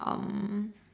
um